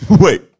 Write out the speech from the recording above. Wait